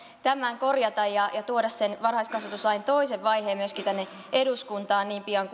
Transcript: tämän korjata ja tuoda sen varhaiskasvatuslain toisen vaiheen myöskin tänne eduskuntaan niin pian